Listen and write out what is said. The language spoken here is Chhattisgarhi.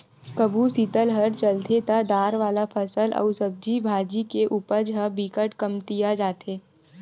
कभू सीतलहर चलथे त दार वाला फसल अउ सब्जी भाजी के उपज ह बिकट कमतिया जाथे